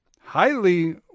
highly